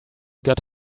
got